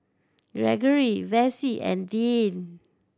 Gregory Vessie and Deeann